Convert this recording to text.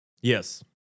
Yes